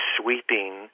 sweeping